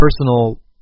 personal